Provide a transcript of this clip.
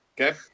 Okay